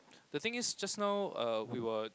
the thing is just now err we were